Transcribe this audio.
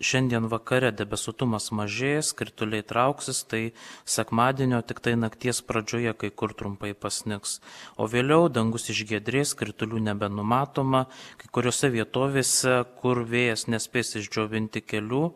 šiandien vakare debesuotumas mažės krituliai trauksis tai sekmadienio tiktai nakties pradžioje kai kur trumpai pasnigs o vėliau dangus išgiedrės kritulių nebenumatoma kai kuriose vietovėse kur vėjas nespės išdžiovinti kelių